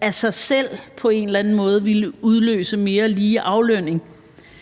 af sig selv på en eller anden måde ville udløse mere lige aflønning.